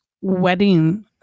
wedding